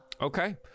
okay